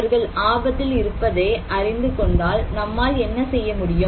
அவர்கள் ஆபத்தில் இருப்பதை அறிந்து கொண்டாள் நம்மால் என்ன செய்ய முடியும்